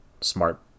smart